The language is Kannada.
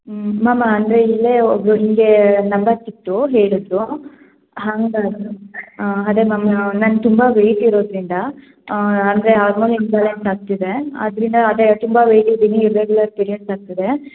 ಹ್ಞೂ ಮ್ಯಾಮ್ ಅಂದರೆ ಇಲ್ಲೇ ಒಬ್ಬರು ಹಿಂಗೆ ನಂಬರ್ ಸಿಕ್ಕಿತು ಹೇಳಿದರು ಹಂಗೆ ಅದೇ ಮ್ಯಾಮ್ ನಾನು ತುಂಬ ವೆಯ್ಟ್ ಇರೋದರಿಂದ ಅಂದರೆ ಹಾರ್ಮೋನ್ ಇನ್ಬ್ಯಾಲೆನ್ಸ್ ಆಗ್ತಿದೆ ಅದರಿಂದ ಅದೇ ತುಂಬ ವೆಯ್ಟ್ ಇದ್ದೀನಿ ಇರಿ ರೆಗ್ಯುಲರ್ ಪಿರೇಡ್ಸ್ ಆಗ್ತಿದೆ